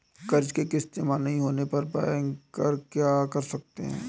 कर्ज कि किश्त जमा नहीं होने पर बैंकर क्या कर सकते हैं?